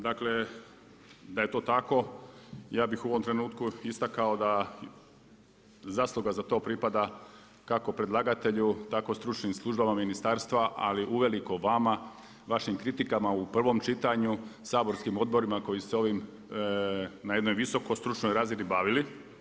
Dakle, da je to tako ja bih u ovom trenutku istakao da zasluga za to pripada kako predlagatelju, tako i stručnim službama ministarstva ali uveliko vama, vašim kritikama u prvom čitanju, saborskim odborima koji se ovim na jednoj visokoj stručnoj razini bavili.